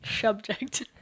Subject